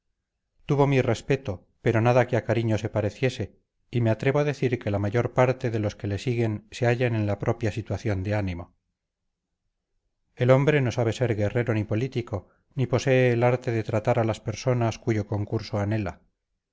tuvo mi respeto pero nada que a cariño se pareciese y me atrevo a decir que la mayor parte de los que le siguen se hallan en la propia situación de ánimo el hombre no sabe ser guerrero ni político ni posee el arte de tratar a las personas cuyo concurso anhela